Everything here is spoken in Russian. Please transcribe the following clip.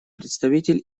представитель